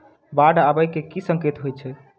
बाढ़ आबै केँ की संकेत होइ छै?